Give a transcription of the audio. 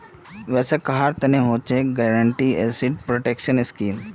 वैसा कहार तना हछेक गारंटीड एसेट प्रोटेक्शन स्कीम